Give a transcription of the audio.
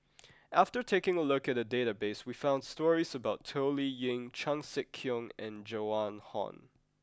after taking a look at the database we found stories about Toh Liying Chan Sek Keong and Joan Hon